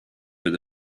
that